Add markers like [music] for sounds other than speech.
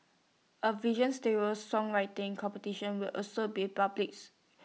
A vision [unintelligible] songwriting competition will also be publics